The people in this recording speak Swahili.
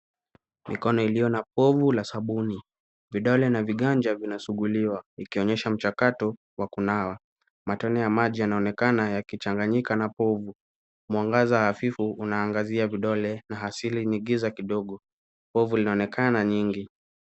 Mikono iliyo na povu la sabuni. Vidole na viganja vinasuguliwa vikionyesha mchakato wa kunawa. Matone ya maji yanaonekana yakichanganyika na povu. Mwangaza hafifu unaangazia vidole na asili ni giza kidogo. Povu linaonekana nyingi.